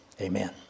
Amen